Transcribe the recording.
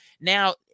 Now